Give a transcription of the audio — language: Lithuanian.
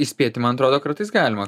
įspėti man atrodo kartais galima